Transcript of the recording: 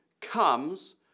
comes